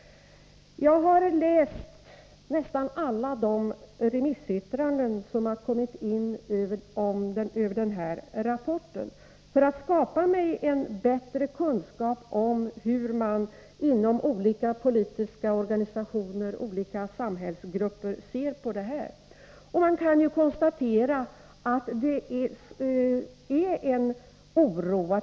Jag har läst nästan alla de remissyttranden som kommit in över den här rapporten för att skaffa mig bättre kunskap om hur man inom olika politiska organisationer och olika samhällsgrupper ser på frågan. Man kan konstatera att det finns en oro.